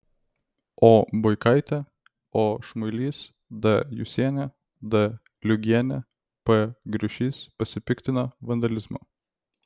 o buikaitė o šmuilys d jusienė d liugienė p griušys pasipiktino vandalizmu